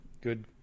good –